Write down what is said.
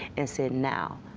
and said, now,